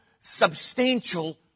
substantial